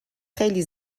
خیلی